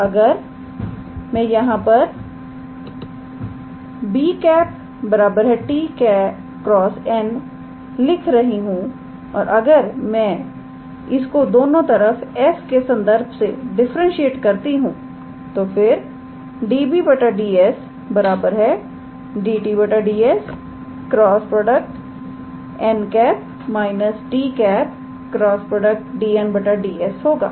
और अगर मैं यहां पर लिख 𝑏̂ 𝑡̂× 𝑛̂ और अगर मैं इसको दोनों तरफ s के संदर्भ से डिफरेंटसिएट करती हूं तो फिर 𝑑𝑏̂ 𝑑𝑠 𝑑𝑡̂ 𝑑𝑠 × 𝑛̂ − 𝑡̂× 𝑑𝑛̂ 𝑑𝑠 होगा